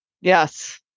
Yes